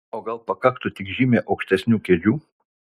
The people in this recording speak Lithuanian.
o gal pakaktų tik žymiai aukštesnių kėdžių